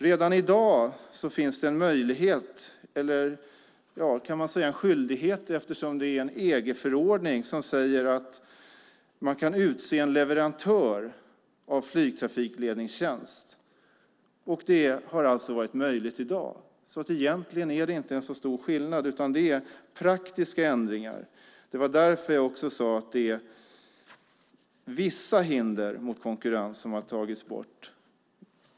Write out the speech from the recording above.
Redan i dag finns det en möjlighet eller, kan man säga, en skyldighet eftersom det är en EU-förordning som säger att man kan utse en leverantör av flygtrafikledningstjänst. Det är alltså möjligt redan i dag, så egentligen är det inte en så stor skillnad. Det är praktiska ändringar. Det var därför jag också sade att det är vissa hinder mot konkurrens som har tagits bort.